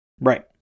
Right